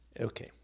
Okay